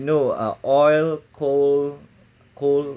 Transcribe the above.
you know uh oil coal coal